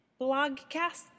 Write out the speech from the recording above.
Blogcasts